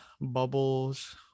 bubbles